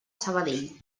sabadell